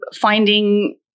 finding